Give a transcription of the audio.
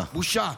בושה.